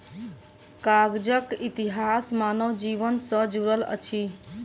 कागजक इतिहास मानव जीवन सॅ जुड़ल अछि